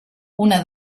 una